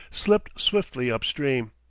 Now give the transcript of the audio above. slipped swiftly up-stream.